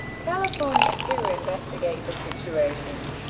california, to investigate the situation.